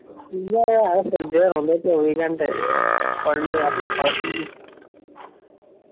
उ'ऐ अस फिरदे गै रौंह्दे चौह्बी घैंटे पढ़ने गी आक्खो पढ़दे निं